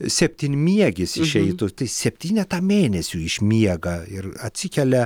septynmiegis išeitų septynetą mėnesių išmiega ir atsikelia